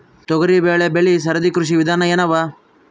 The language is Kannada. ತೊಗರಿಬೇಳೆ ಬೆಳಿ ಸರದಿ ಕೃಷಿ ವಿಧಾನ ಎನವ?